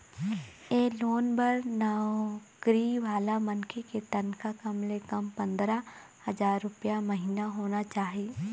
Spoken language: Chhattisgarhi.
ए लोन बर नउकरी वाला मनखे के तनखा कम ले कम पंदरा हजार रूपिया महिना होना चाही